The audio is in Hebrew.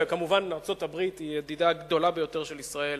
וכמובן ארצות-הברית היא הידידה הגדולה ביותר של ישראל,